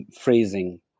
phrasing